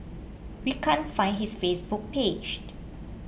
we can't find his Facebook paged